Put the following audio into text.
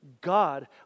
God